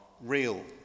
real